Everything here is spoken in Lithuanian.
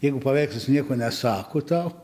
jeigu paveikslas nieko nesako tau